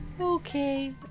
Okay